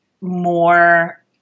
more